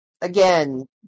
Again